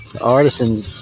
artisan